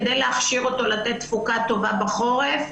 כדי להכשיר אותו לתת תפוקה טובה בחורף,